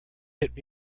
hit